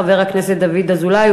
חבר הכנסת דוד אזולאי,